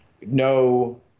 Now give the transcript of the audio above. no